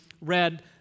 read